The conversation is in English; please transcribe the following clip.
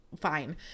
fine